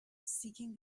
seeking